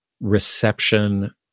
reception